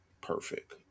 perfect